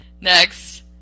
next